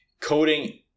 Coding